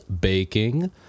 baking